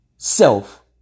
Self